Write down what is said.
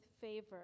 favor